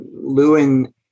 Lewin